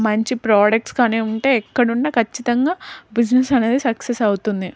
మంచి ప్రోడక్ట్స్ కానీ ఉంటే ఎక్కడున్నా ఖచ్చితంగా బిజినెస్ అనేది సక్సెస్ అవుతుంది